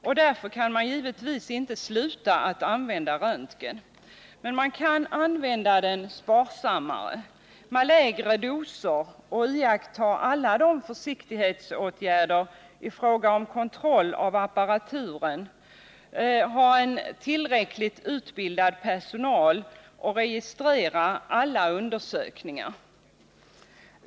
För den skull kan man givetvis inte sluta att använda röntgenundersökningar, men man kan använda dem sparsammare och med lägre doser samt iaktta alla tänkbara försiktighetsåtgärder i fråga om kontroll av apparaturen, ha tillräckligt utbildad personal och registrera alla undersökningar.